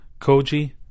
Koji